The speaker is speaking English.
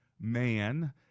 man